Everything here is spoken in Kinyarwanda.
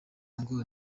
ngo